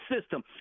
system